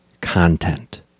content